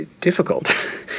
difficult